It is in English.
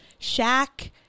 Shaq